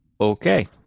Okay